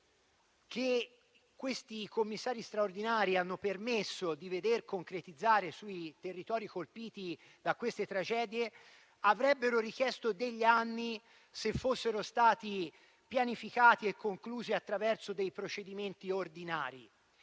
che questi commissari straordinari hanno permesso di veder concretizzate sui territori colpiti da queste tragedie avrebbero richiesto anni, se fossero state pianificate e concluse attraverso dei procedimenti ordinari.